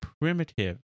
primitive